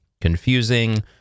confusing